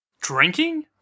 Drinking